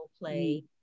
play